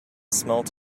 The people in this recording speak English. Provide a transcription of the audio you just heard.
smelt